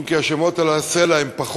אם כי השמות על הסלע הם פחות.